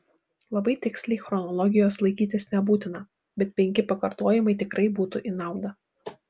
labai tiksliai chronologijos laikytis nebūtina bet penki pakartojimai tikrai būtų į naudą